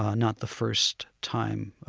ah not the first time,